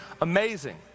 amazing